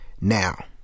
now